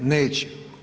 Neće.